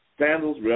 sandals